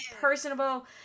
personable